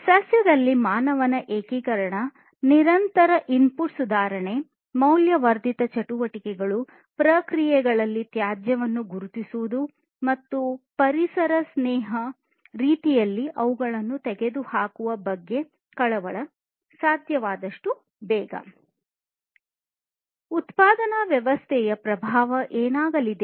ಸಸ್ಯದಲ್ಲಿ ಮಾನವರ ಏಕೀಕರಣ ನಿರಂತರ ಇನ್ಪುಟ್ ಸುಧಾರಣೆ ಮೌಲ್ಯವರ್ಧಿತ ಚಟುವಟಿಕೆಗಳು ಪ್ರಕ್ರಿಯೆಗಳಲ್ಲಿ ತ್ಯಾಜ್ಯವನ್ನು ಗುರುತಿಸುವುದು ಮತ್ತು ಪರಿಸರ ಸ್ನೇಹಿ ರೀತಿಯಲ್ಲಿ ಅವುಗಳನ್ನು ಸಾಧ್ಯವಾದಷ್ಟು ಬೇಗ ತೆಗೆದುಹಾಕುವುದು